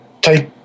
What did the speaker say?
take